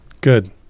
Good